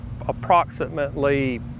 approximately